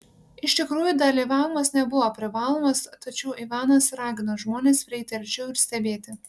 iš tikrųjų dalyvavimas nebuvo privalomas tačiau ivanas ragino žmones prieiti arčiau ir stebėti